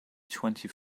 twenty